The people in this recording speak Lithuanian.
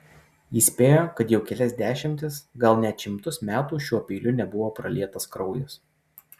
jis spėjo kad jau kelias dešimtis gal net šimtus metų šiuo peiliu nebuvo pralietas kraujas